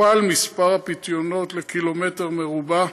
הוכפל מספר הפיתיונות לקילומטר מרובע,